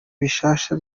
bishasha